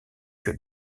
que